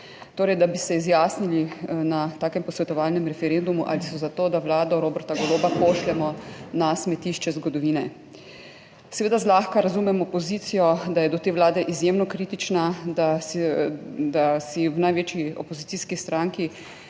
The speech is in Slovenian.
Torej, da bi se izjasnili na takem posvetovalnem referendumu, ali so za to, da vlado Roberta Goloba pošljemo na smetišče zgodovine. Seveda zlahka razumem opozicijo, da je do te Vlade izjemno kritična, da si v največji opozicijski stranki